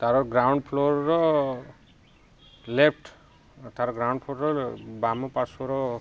ତାର ଗ୍ରାଉଣ୍ଡ ଫ୍ଲୋରର ଲେଫ୍ଟ ତାର ଗ୍ରାଉଣ୍ଡ ଫ୍ଲୋରର ବାମ ପାର୍ଶ୍ୱର